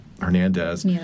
Hernandez